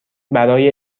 برای